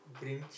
grinch